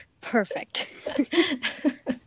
Perfect